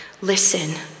Listen